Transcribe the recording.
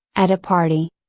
at a party.